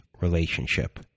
relationship